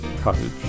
Cottage